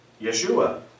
Yeshua